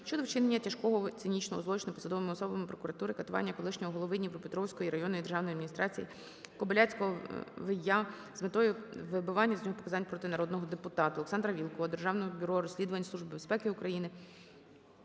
щодо вчинення тяжкого цинічного злочину посадовими особами прокуратури – катування колишнього голови Дніпропетровської районної державної адміністрації Кобиляцького В.Я. з метою "вибивання" з нього показань проти народного депутата. ОлександраВілкула до Державного бюро розслідувань, Служби безпеки України,